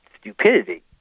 stupidity